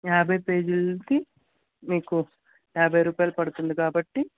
యాభై పేజీలది మీకు యాభై రూపాయలు పడుతుంది కాబట్టి